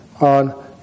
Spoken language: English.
on